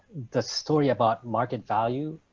the story about market value